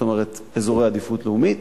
זאת אומרת, אזורי עדיפות לאומית.